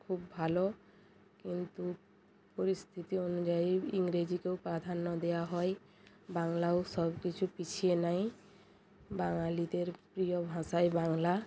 খুব ভালো কিন্তু পরিস্থিতি অনুযায়ী ইংরেজিকেও প্রাধান্য দেওয়া হয় বাংলাও সব কিছু পিছিয়ে নাই বাঙালিদের প্রিয় ভাষাই বাংলা